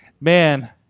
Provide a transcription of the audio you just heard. man